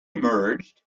emerged